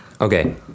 Okay